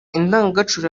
indangagaciro